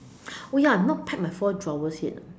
oh ya I have not packed my four drawers yet you know